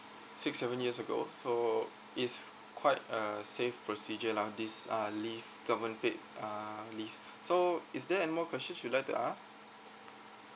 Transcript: six seven years ago so it's quite a safe procedure lah this uh leave government paid uh leave so is there anymore questions you would like to ask